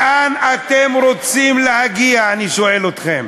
לאן אתם רוצים להגיע, אני שואל אתכם.